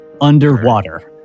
Underwater